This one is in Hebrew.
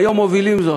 היום מובילים זאת.